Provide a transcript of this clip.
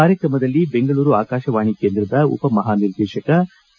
ಕಾರ್ಯಕ್ರಮದಲ್ಲಿ ಬೆಂಗಳೂರು ಆಕಾಶವಾಣಿ ಕೇಂದ್ರದ ಉಪ ಮಹಾನಿರ್ದೇಶಕ ಎ